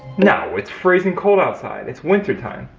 no! its freezing cold outside, its winter time.